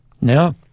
Now